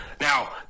now